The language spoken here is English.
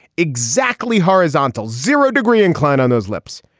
exactly. horizontal zero degree incline on those lips.